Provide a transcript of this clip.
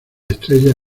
estrellas